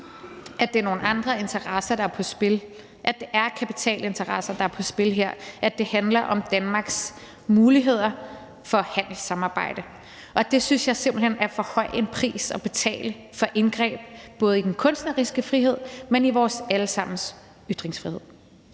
at det er nogle andre interesser, der er på spil, altså at det er kapitalinteresser, der er på spil her; at det handler om Danmarks muligheder for handelssamarbejde. Og der synes jeg simpelt hen, at det er for høj en pris at betale, at vi skal have indgreb i både den kunstneriske frihed og i vores alle sammens ytringsfrihed.